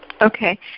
Okay